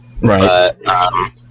Right